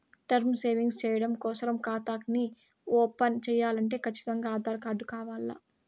term savings చెయ్యడం కోసరం కాతాని ఓపన్ చేయాలంటే కచ్చితంగా ఆధార్ కార్డు కావాల్ల